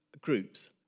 groups